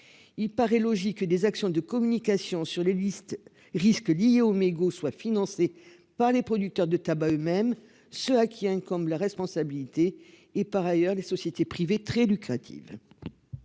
Il paraît logique que des actions de communication sur les listes risque liés aux mégots soit financée par les producteurs de tabac eux-mêmes ceux à qui incombe la responsabilité et par ailleurs, les sociétés privées et très lucrative.